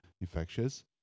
infectious